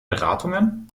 beratungen